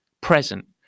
present